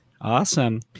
Awesome